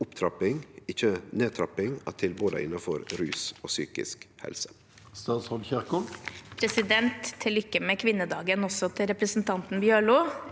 opptrapping – ikkje nedtrapping – av tilboda innanfor rus og psykisk helse?»